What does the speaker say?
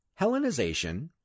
Hellenization